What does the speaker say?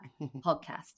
podcast